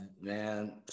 man